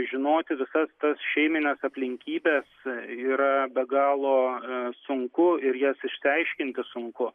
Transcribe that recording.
žinoti visas tas šeimines aplinkybes yra be galo sunku ir jas išsiaiškinti sunku